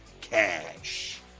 cash